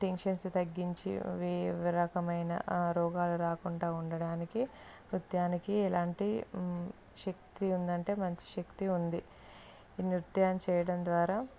tensions తగ్గించి వె రకమైన ఆ రోగాలు రాకుండా ఉండడానికి నృత్యానికి ఎలాంటి శక్తి ఉందంటే మంచి శక్తి ఉంది ఈ నృత్యం చేయడం ద్వారా